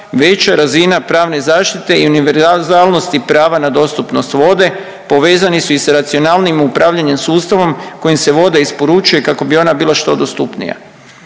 veća razina pravne zaštite i univerzalnosti prava na dostupnost vode povezani su i s racionalnijim upravljanjem sustavom kojim se voda isporučuje kako bi ona bila što dostupnija.